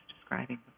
describing